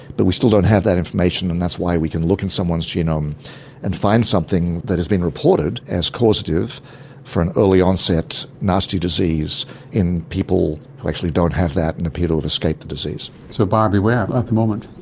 but we still don't have that information and that's why we can look in someone's genome and find something that has been reported as causative for an early onset nasty disease in people who actually don't have that and appear to have escaped the disease. so buyer beware, at the moment.